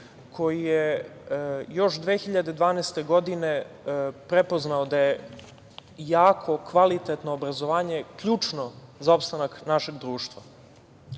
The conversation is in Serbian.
koji je još 2012. godine prepoznao da je jako kvalitetno obrazovanje ključno za opstanak našeg društva.